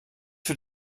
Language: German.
für